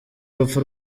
urupfu